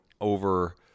over